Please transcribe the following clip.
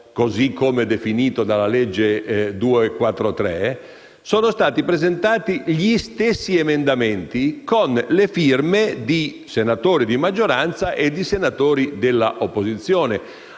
così come definito dalla legge n. 243) sono stati presentati gli stessi emendamenti con le firme dei senatori di maggioranza e dei senatori di opposizione,